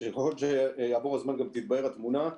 שככל שיעבור הזמן גם תתבהר התמונה.